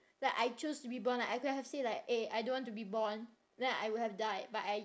like I chose to be born like I could have said like eh I don't want to be born then I would have died but I